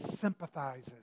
sympathizes